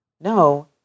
No